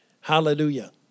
Hallelujah